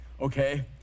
Okay